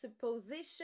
supposition